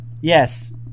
Yes